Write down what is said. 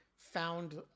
found